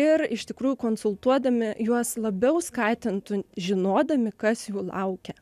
ir iš tikrųjų konsultuodami juos labiau skatintų žinodami kas jų laukia